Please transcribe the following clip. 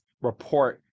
report